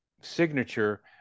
signature